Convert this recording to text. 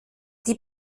die